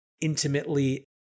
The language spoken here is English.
intimately